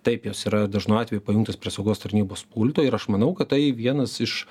taip jos yra dažnu atveju pajungtos prie saugos tarnybos pulto ir aš manau kad tai vienas iš